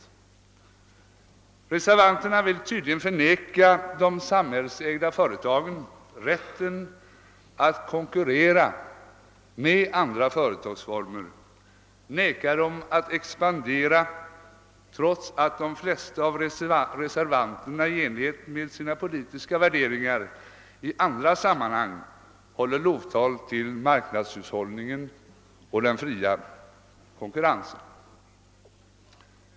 Reservanterna vill tydligen förvägra de samhällsägda företagen rätten att konkurrera med andra företagsformer och att expandera, trots att de flesta av reservanterna i enlighet med sina politiska värderingar i andra sammanhang håller lovtal till marknadshushållningen och den fria konkurrensen.